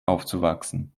aufzuwachsen